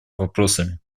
вопросами